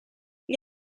gli